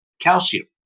calcium